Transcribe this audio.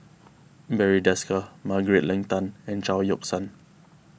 Barry Desker Margaret Leng Tan and Chao Yoke San